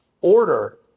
Order